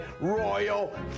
royal